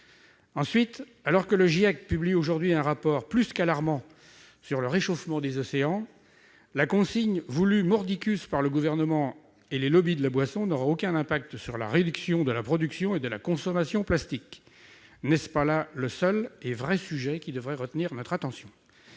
du climat, le GIEC, publie aujourd'hui un rapport plus qu'alarmant sur le réchauffement des océans, la consigne voulue mordicus par le Gouvernement et les lobbies de la boisson n'aura aucune incidence sur la réduction de la production et de la consommation de plastique. N'est-ce pas là le seul et vrai sujet qui devrait retenir notre attention ?